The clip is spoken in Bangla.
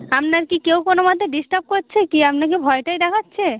আমনার কী কেউ কোনো মতে ডিস্টার্ব কচ্ছে কি আমনাকে ভয় টয় দেখাচ্ছে